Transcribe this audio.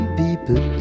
people